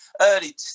early